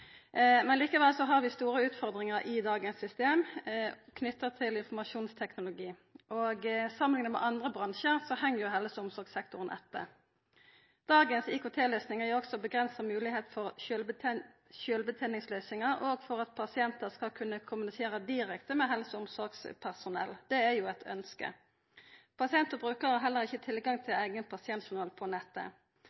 men det har altså skjedd store forbetringar på 20 år. Likevel har vi store utfordringar i dagens system knytt til informasjonsteknologi. Samanlikna med andre bransjar heng helse- og omsorgssektoren etter. Dagens IKT-løysingar gir òg avgrensa moglegheit for sjølvbeteningsløysingar og for at pasientar skal kunna kommunisera direkte med helse- og omsorgspersonell. Det er jo eit ønske. Pasient og brukar har heller ikkje tilgang